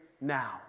now